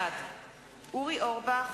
בעד אורי אורבך,